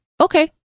okay